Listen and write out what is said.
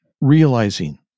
realizing